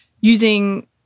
using